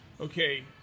okay